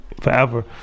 forever